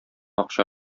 акча